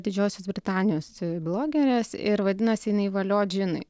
didžiosios britanijos blogerės ir vadinasi jinai valio džinui